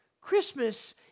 Christmas